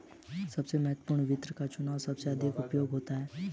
सबसे महत्वपूर्ण वित्त का चुनाव सबसे अधिक उपयोगी होता है